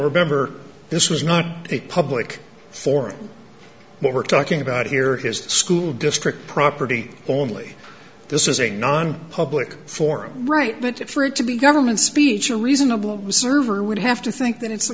remember this was not a public forum what we're talking about here his school district property only this is a non public forum right but for it to be government speech a reasonable server would have to think that it's the